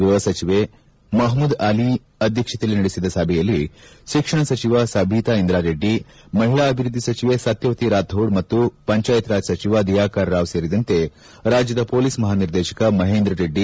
ಗ್ಸಹ ಸಚಿವೆ ಮಹಮೂದ್ ಆಲಿ ಅಧ್ಯಕ್ಷತೆಯಲ್ಲಿ ನಡೆಸ ಸಭೆಯಲ್ಲಿ ಶಿಕ್ಷಣ ಸಚಿವ ಸಬೀತಾ ಇಂದ್ರಾ ರೆಡ್ಡಿ ಮಹಿಳಾ ಅಭಿವ್ವದ್ಲಿ ಸಚಿವೆ ಸತ್ಯವತಿ ರಾಥೋಡ್ ಮತ್ತು ಪಂಚಾಯತ್ ರಾಜ್ ಸಚಿವ ದಿಯಾಕರ್ ರಾವ್ ಸೇರಿದಂತೆ ರಾಜ್ಯದ ಪೊಲೀಸ್ ಮಹಾನಿರ್ದೇತಕ ಮಹೇಂದ್ರ ರೆಡ್ಡಿ